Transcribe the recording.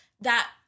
that-